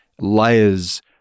layers